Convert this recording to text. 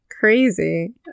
crazy